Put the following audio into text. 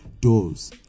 doors